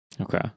okay